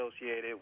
associated